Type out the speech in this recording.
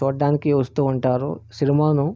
చూడడానికి వస్తూ ఉంటారు సినిమాను